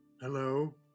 Hello